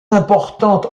importante